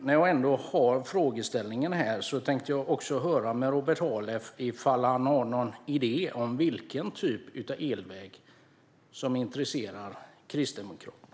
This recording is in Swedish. När jag ändå har möjlighet att ställa frågor vill jag också höra med dig ifall du har någon idé om vilken typ av elväg som intresserar Kristdemokraterna.